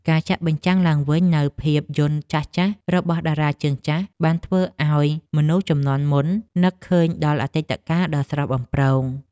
ការចាក់បញ្ចាំងឡើងវិញនូវភាពយន្តចាស់ៗរបស់តារាជើងចាស់បានធ្វើឱ្យមនុស្សជំនាន់មុននឹកឃើញដល់អតីតកាលដ៏ស្រស់បំព្រង។